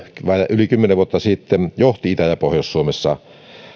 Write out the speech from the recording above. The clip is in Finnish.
yli kymmenen vuotta sitten johti itä ja pohjois suomessa